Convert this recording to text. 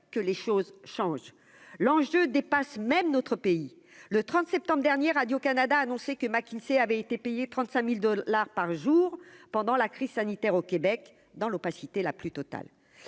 que les choses changent, l'enjeu dépasse même notre pays le 30 septembre dernier Radio-Canada annoncé que McKinsey avait été payé 35000 dollars par jour pendant la crise sanitaire au Québec dans l'opacité la plus totale,